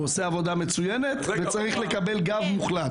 הוא עושה עבודה מצוינת וצריך לקבל גב מוחלט.